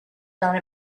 done